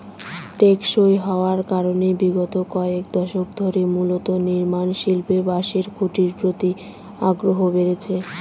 টেকসই হওয়ার কারনে বিগত কয়েক দশক ধরে মূলত নির্মাণশিল্পে বাঁশের খুঁটির প্রতি আগ্রহ বেড়েছে